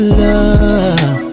love